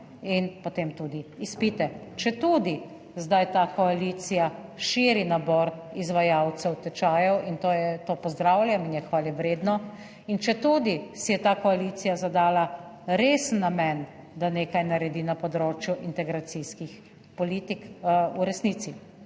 in potem tudi izpite, četudi zdaj ta koalicija širi nabor izvajalcev tečajev, kar pozdravljam in je hvalevredno, in četudi si je ta koalicija zadala resen namen, da nekaj naredi na področju integracijskih politik v resnici.